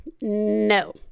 No